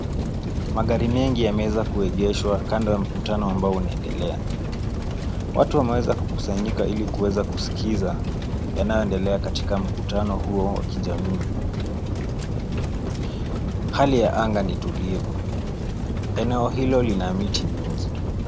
Magari mengi yameweza kuegeshwa kando ya mkutano ambao unaendelea. Watu wameweza kukusanyika ili kuweza kuskiza yanayoendelea katika mkutano huo wa kijamii. Hali ya anga ni tulivu. Eneo hilo lina miti mingi.